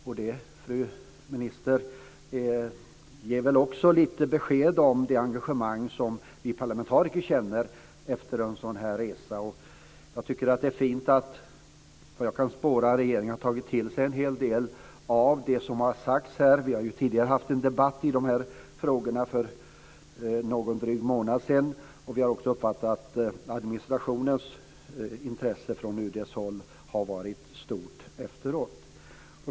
Det, fru minister, ger väl också lite besked om det engagemang som vi parlamentariker känner efter en sådan här resa. Jag tycker att det är fint att regeringen - vad jag kan spåra - har tagit till sig en hel del av det som har sagts här. Vi har ju tidigare, för drygt en månad sedan, fört en debatt om de här frågorna. Vi har också uppfattat att administrationens intresse från UD:s håll har varit stort efteråt.